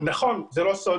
לא סוד